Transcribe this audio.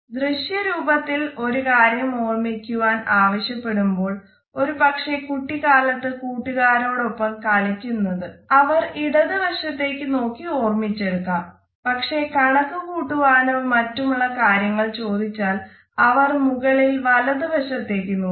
ദൃശ്യ രൂപത്തിൽ ഒരു കാര്യം ഓർമ്മിക്കുവാൻ ആവശ്യപ്പെടുമ്പോൾ ഒരു പക്ഷെ കുട്ടിക്കാലത്ത് കൂട്ടുകാരോട് ഒപ്പം കളിക്കുന്നത് അവർ ഇടത് വശത്തേക്ക് നോക്കി ഓർമ്മിച്ചെടുക്കും പക്ഷേ കണക്ക് കൂട്ടുവാനോ മറ്റുമുള്ള കാര്യങ്ങൾ ചോദിച്ചാൽ അവർ മുകളിൽ വലത് വശത്തേക്ക് നോക്കും